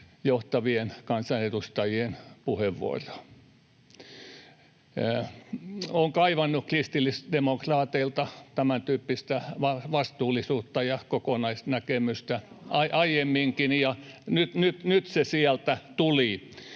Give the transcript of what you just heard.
johtavien kansanedustajien puheenvuoroja. Olen kaivannut kristillisdemokraateilta tämäntyyppistä vastuullisuutta ja kokonaisnäkemystä aiemminkin, ja nyt se sieltä tuli.